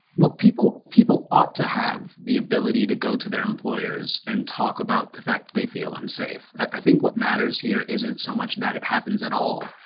people people ought to have the ability to go to their employers and talk about the fact they feel unsafe i think what matters here isn't so much that it happens at all.